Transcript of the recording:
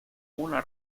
una